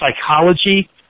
psychology